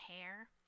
hair